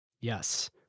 Yes